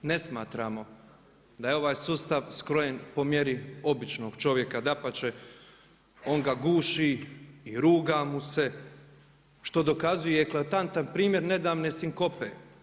Ne smatramo da je ovaj sustav skrojen po mjeri običnog čovjeka, dapače on ga guši i ruga mu se što dokazuje eklatantan primjer nedavne sinkope.